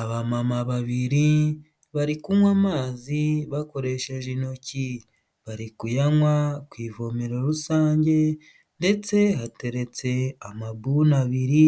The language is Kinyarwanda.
Abamama babiri bari kunywa amazi bakoresheje intoki, bari kuyanywa ku ivomero rusange ndetse hateretse amabuni abiri